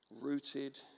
Rooted